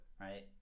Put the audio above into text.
right